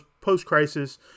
post-crisis